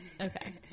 Okay